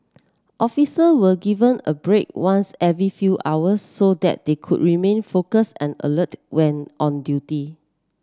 officer were given a break once every few hours so that they could remain focus and alert when on duty